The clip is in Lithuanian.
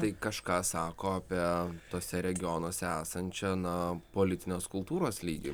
tai kažką sako apie tuose regionuose esančią na politinės kultūros lygį